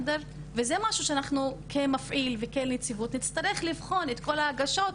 וזה משהו שאנחנו כמפעיל וכנציבות נצטרך לבחון את כל ההגשות,